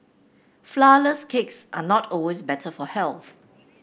flourless cakes are not always better for health